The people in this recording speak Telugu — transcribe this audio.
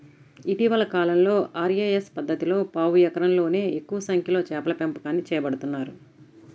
ఇటీవలి కాలంలో ఆర్.ఏ.ఎస్ పద్ధతిలో పావు ఎకరంలోనే ఎక్కువ సంఖ్యలో చేపల పెంపకాన్ని చేపడుతున్నారు